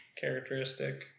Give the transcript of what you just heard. characteristic